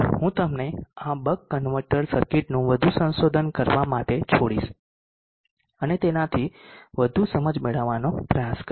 હું તમને આ બક કન્વર્ટર સર્કિટનું વધુ સંશોધન કરવા માટે છોડીશ અને તેનાથી વધુ સમજ મેળવવાનો પ્રયાસ કરીશ